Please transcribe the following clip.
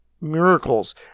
miracles